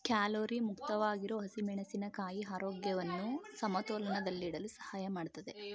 calorie ಮುಕ್ತವಾಗಿರೋ ಹಸಿಮೆಣಸಿನ ಕಾಯಿ ಆರೋಗ್ಯವನ್ನು ಸಮತೋಲನದಲ್ಲಿಡಲು ಸಹಾಯ ಮಾಡ್ತದೆ